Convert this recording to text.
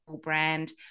brand